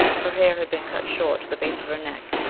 her hair had been cut short to the base of her neck,